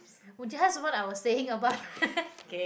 which just what I was saying about